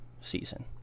season